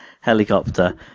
helicopter